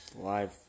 life